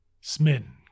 smitten